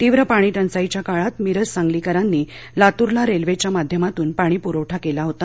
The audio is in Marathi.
तीव्र पाणी टंचाईच्या काळात मिरज सांगलीकरांनी लातूरला रेल्वेच्या माध्यमातून पाणी पुरवठा केला होता